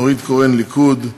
נורית קורן, הליכוד,